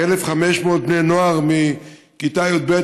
כ-1,500 בני נוער מכיתה י"ב,